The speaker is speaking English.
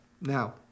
Now